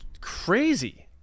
Crazy